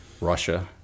Russia